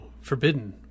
forbidden